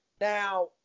Now